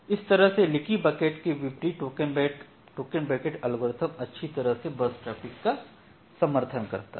इस तरह से लीकी बकेट के विपरीत टोकन बकेट एल्गोरिथ्म अच्छी तरह से बर्स्ट ट्रैफिक का समर्थन करता है